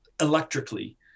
electrically